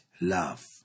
love